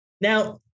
Now